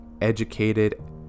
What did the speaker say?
Educated